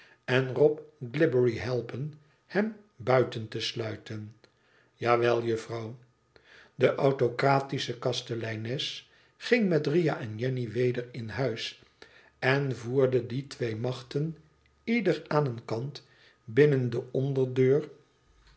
en rob glibbery helpen hen buiten te sluiten ja wel juffrouw de autocratische kasteleines ging met riah en jenny weder in huis en voerde die twee machten ieder aan een kant binnen de onderdeur